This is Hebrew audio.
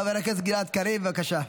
חבר הכנסת גלעד קריב, בבקשה.